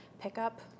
pickup